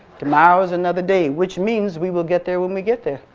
tomorrow is another day which means we will get there when we get there.